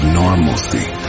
normalcy